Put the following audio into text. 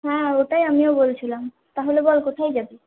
হ্যাঁ ওটাই আমিও বলছিলাম তাহলে বল কোথায় যাবি